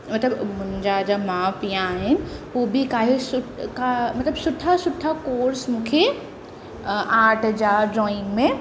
मतिलबु मुंहिंजा जा माउ पीउ आहिनि उहे बि काई शि का मतिलबु सुठा सुठा कोर्स मूंखे आर्ट जा ड्रॉइंग में